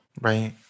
Right